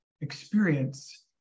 experience